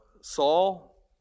Saul